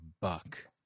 buck